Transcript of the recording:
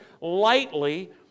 lightly